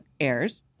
airs